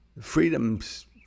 Freedom's